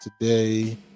today